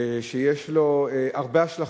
ושיש לו הרבה השלכות,